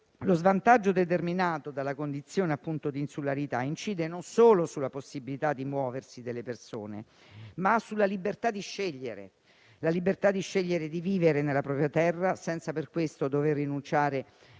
Lo svantaggio determinato dalla condizione di insularità incide non solo sulla possibilità delle persone di muoversi, ma sulla libertà di scegliere se vivere o no nella propria terra, senza per questo dover rinunciare